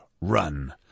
run